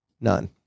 None